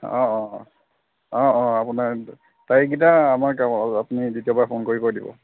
অঁ অঁ অঁ অঁ অঁ আপোনাৰ তাৰিখকেইটা আমাৰ কেৱল আপুনি দ্বিতীয়বাৰ ফোন কৰি কৈ দিব